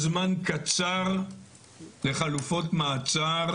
הזמן קצר לחלופות מעצר.